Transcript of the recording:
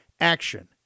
Action